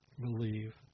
believe